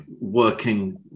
working